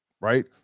right